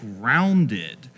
grounded